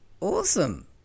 awesome